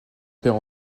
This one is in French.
père